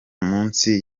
munsi